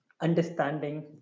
understanding